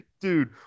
Dude